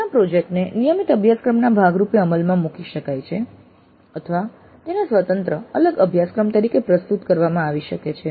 નાના પ્રોજેક્ટ ને નિયમિત અભ્યાસક્રમના ભાગ રૂપે અમલમાં મૂકી શકાય છે અથવા તેને સ્વતંત્ર અલગ અભ્યાસક્રમ તરીકે પ્રસ્તુત કરવામાં આવી શકે છે